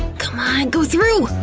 c'mon, go through!